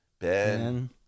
Ben